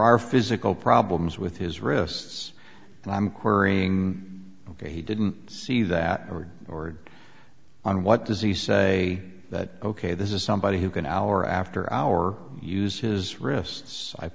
are physical problems with his wrists and i'm corey ok he didn't see that were ordered on what does he say that ok this is somebody who can hour after hour use his wrists i